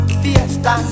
fiesta